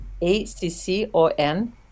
A-C-C-O-N